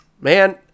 man